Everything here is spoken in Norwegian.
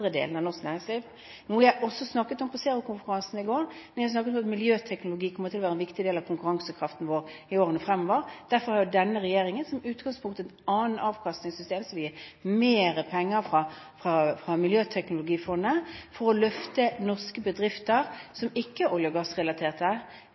av norsk næringsliv – noe jeg også snakket om på Zero-konferansen i går, da jeg snakket om at miljøteknologi kommer til å være en viktig del av konkurransekraften vår i årene fremover. Derfor har denne regjeringen som utgangspunkt et annet avkastningssystem, som gir mer penger fra miljøteknologifondet for å løfte også norske bedrifter